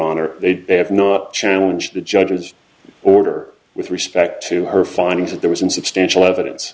honor they have not challenge the judge's order with respect to her findings that there was in substantial evidence